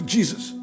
Jesus